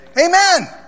Amen